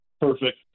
Perfect